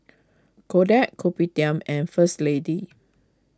Kodak Kopitiam and First Lady